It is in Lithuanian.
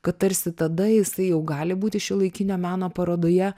kad tarsi tada jisai jau gali būti šiuolaikinio meno parodoje